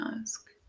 ask